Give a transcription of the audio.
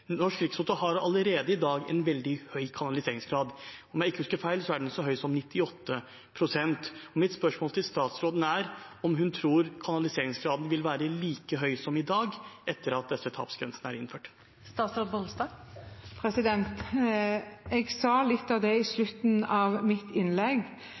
Norsk Rikstoto har allerede i dag en veldig høy kanaliseringsgrad. Om jeg ikke husker feil, er den så høy som 98 pst. Mitt spørsmål til statsråden er om hun tror kanaliseringsgraden vil være like høy som i dag etter at disse tapsgrensene er innført. Jeg sa litt om det i slutten av mitt innlegg.